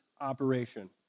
operation